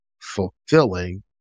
fulfilling